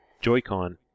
Joy-Con